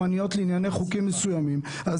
הסתם בזמנים הרגילים אני